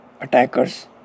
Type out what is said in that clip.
attackers